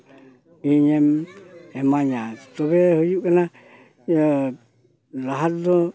ᱤᱧᱮᱢ ᱤᱢᱟᱹᱧᱟ ᱥᱚᱲᱮ ᱦᱩᱭᱩᱜ ᱠᱟᱱᱟ ᱤᱭᱟᱹ ᱞᱟᱦᱟᱛᱮᱫᱚ